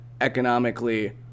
economically